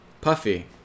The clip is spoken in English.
puffy